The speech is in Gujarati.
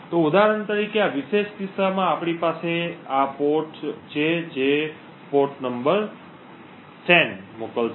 તેથી ઉદાહરણ તરીકે આ વિશેષ કિસ્સામાં આપણી પાસે આ પોર્ટ જે પોર્ટ નંબર 10 મોકલશે